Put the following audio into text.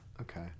Okay